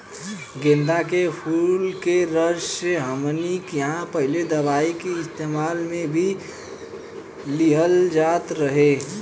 गेन्दा के फुल के रस से हमनी किहां पहिले दवाई के इस्तेमाल मे भी लिहल जात रहे